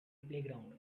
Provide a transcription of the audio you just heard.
playground